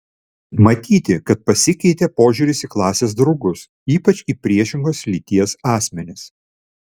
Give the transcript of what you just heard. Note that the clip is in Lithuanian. matyti kad pasikeitė požiūris į klasės draugus ypač į priešingos lyties asmenis